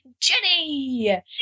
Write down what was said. Jenny